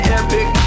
epic